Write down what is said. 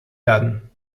werden